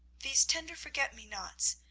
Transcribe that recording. these tender forget-me-nots,